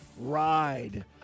ride